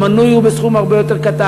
והמינוי הוא בסכום הרבה יותר נמוך,